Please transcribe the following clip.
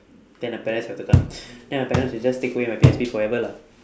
then the parents have to come then my parents will just take away my P_S_P forever lah